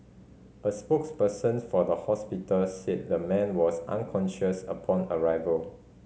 a spokesperson for the hospital said the man was unconscious upon arrival